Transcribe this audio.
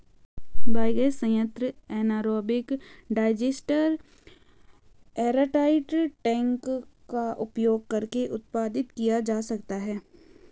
biogas संयंत्र anaerobic digester airtight tank का उपयोग करके उत्पादित किया जा सकता है